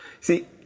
See